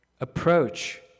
approach